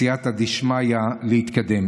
בסייעתא דשמיא, להתקדם.